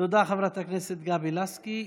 חברת הכנסת גבי לסקי.